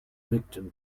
victim